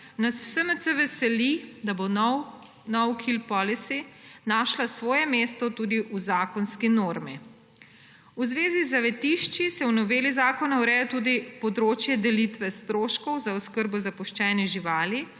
nas v SMC veseli, da bo no-kill policy našla svoje mesto tudi v zakonski normi. V zvezi z zavetišči se v noveli zakona ureja tudi področje delitve stroškov za oskrbo zapuščenih živali.